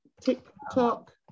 TikTok